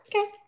Okay